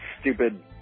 stupid